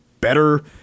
better